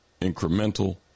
incremental